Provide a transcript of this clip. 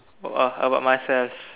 about uh about myself